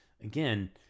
again